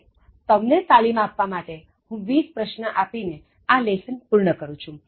હવે તમને તાલીમ આપવા માટે હું 20 પ્રશ્ન આપીને આ લેસન પૂર્ણ કરું છું